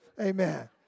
amen